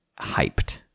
hyped